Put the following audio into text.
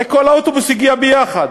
הרי כל האוטובוס הגיע ביחד,